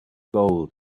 gold